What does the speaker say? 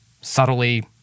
Subtly